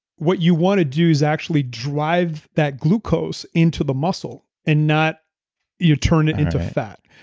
what you want to do is actually drive that glucose into the muscle and not you turn it into fat.